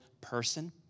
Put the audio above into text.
person